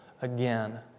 again